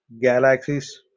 galaxies